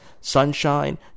Sunshine